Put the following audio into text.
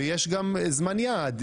ויש גם זמן יעד.